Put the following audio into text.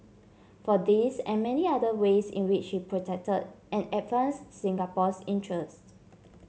for this and many other ways in which he protected and advanced Singapore's interest